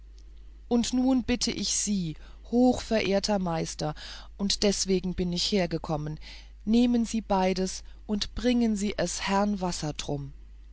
und nun bitte ich sie hochverehrter meister und deswegen bin ich hergekommen nehmen sie beides und bringen sie es herrn